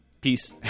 Peace